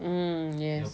mm yes